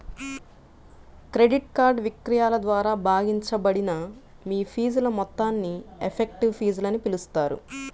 credit card విక్రయాల ద్వారా భాగించబడిన మీ ఫీజుల మొత్తాన్ని ఎఫెక్టివ్ ఫీజులని పిలుస్తారు